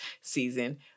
season